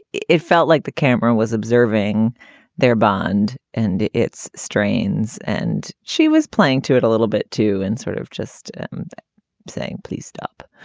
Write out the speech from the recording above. it it felt like the camera was observing their bond and its strains and she was playing to it a little bit too and sort of just saying please stop.